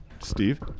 Steve